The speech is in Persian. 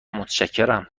متشکرم